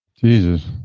Jesus